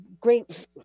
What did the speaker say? great